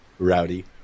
Rowdy